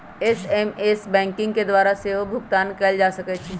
SMS banking के द्वारा सेहो भुगतान कएल जा सकै छै